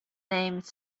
name